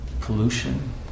pollution